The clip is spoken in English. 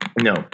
No